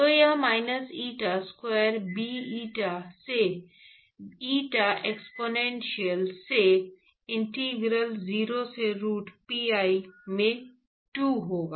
तो यह minus eta square b eta के eta एक्सपोनेंशियल से इंटीग्रल 0 से रूट pi में 2 होगा